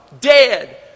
dead